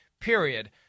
period